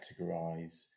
categorize